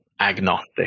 agnostic